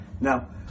Now